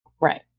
Right